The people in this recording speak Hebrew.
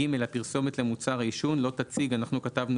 "(ג) הפרסומת למוצר העישון לא תציג" כתבנו